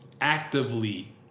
actively